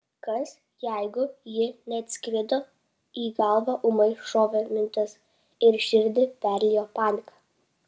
kas jeigu ji neatskrido į galvą ūmai šovė mintis ir širdį perliejo panika